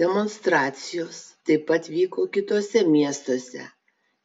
demonstracijos taip pat vyko kituose miestuose